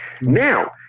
Now